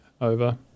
over